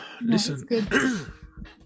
Listen